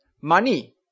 money